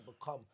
become